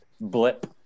blip